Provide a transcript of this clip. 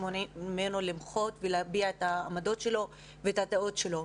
שמונעים ממנו למחות ולהביע את העמדות שלו ואת הדעות שלו,